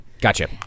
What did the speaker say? Gotcha